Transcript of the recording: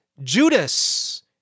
Judas